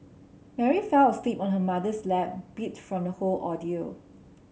Mary fell asleep on her mother's lap beat from the whole ordeal